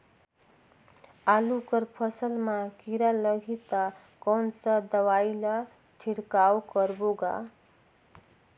आलू कर फसल मा कीरा लगही ता कौन सा दवाई ला छिड़काव करबो गा?